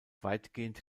weitgehend